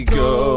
go